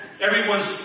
everyone's